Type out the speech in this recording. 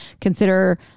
Consider